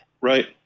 Right